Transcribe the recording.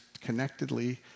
connectedly